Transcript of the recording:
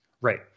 Right